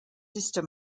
sister